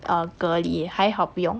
uh 隔离还好不用